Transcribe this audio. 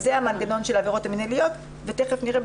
זה המנגנון של העבירות המינהליות ותכף נראה,